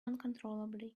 uncontrollably